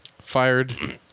Fired